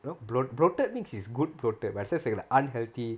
you know bloat bloated means it's good bloated versus like unhealthy